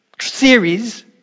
series